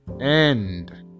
end